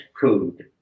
code